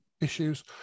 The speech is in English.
issues